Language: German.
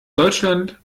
deutschland